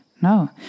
no